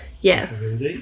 Yes